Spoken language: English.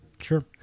Sure